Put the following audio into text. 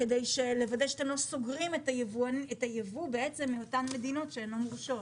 כדי לוודא שאתם לא סוגרים את היבוא מאותן מדינות שהן לא מורשות?